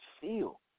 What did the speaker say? feel